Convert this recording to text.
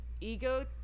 ego